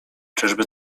czyżby